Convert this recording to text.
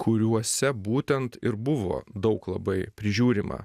kuriuose būtent ir buvo daug labai prižiūrima